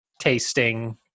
tasting